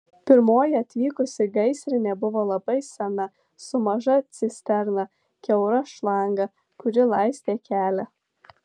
pirmoji atvykusi gaisrinė buvo labai sena su maža cisterna kiaura šlanga kuri laistė kelią